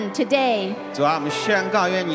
today